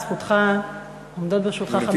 לזכותך עומדות, לרשותך, 15 דקות.